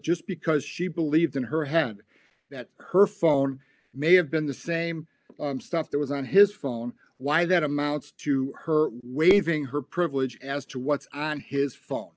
just because she believed in her hand that her phone may have been the same stuff that was on his phone why that amounts to her waiving her privilege as to what's on his